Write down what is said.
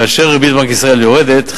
כאשר ריבית בנק ישראל יורדת,